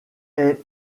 est